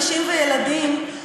נשים וילדים,